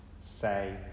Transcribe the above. say